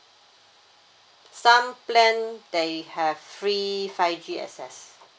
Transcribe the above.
some plan they have free five G access